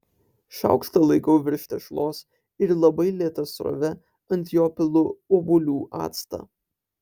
šaukštą laikau virš tešlos ir labai lėta srove ant jo pilu obuolių actą